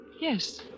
Yes